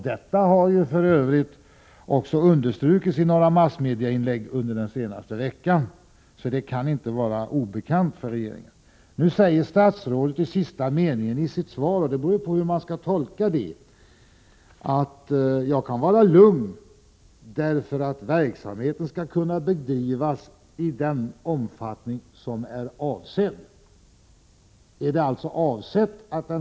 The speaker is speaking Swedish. Detta har för övrigt understrukits i några massmediainlägg under den senaste veckan, så det kan inte vara obekant för regeringen. I sista meningen i sitt svar säger statsrådet att jag kan vara lugn därför att ”verksamheten skall kunna bedrivas i den omfattning som är avsedd”. Frågan är hur jag skall tolka detta uttalande.